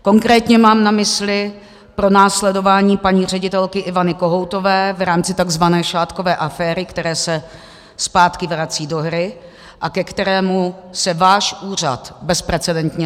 Konkrétně mám na mysli pronásledování paní ředitelky Ivany Kohoutové v rámci takzvané šátkové aféry, které se zpátky vrací do hry a ke kterému se váš úřad bezprecedentně propůjčil.